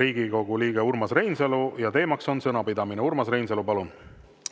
Riigikogu liige Urmas Reinsalu ja teemaks on sõnapidamine. Urmas Reinsalu, palun!